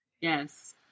Yes